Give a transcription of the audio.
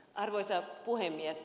arvoisa puhemies